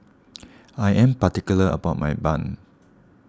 I am particular about my Bun